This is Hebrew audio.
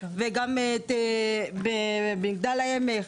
וגם במגדל העמק,